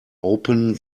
open